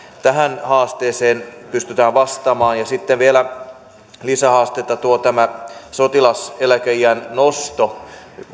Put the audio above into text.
tähän haasteeseen pystytään vastaamaan sitten vielä lisähaastetta tuo tämä sotilaseläkeiän nosto